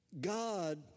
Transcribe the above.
God